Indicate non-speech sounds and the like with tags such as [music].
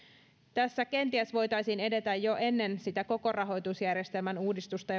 tässä kenties voitaisiin edetä jo ennen sitä koko rahoitusjärjestelmän uudistusta [unintelligible]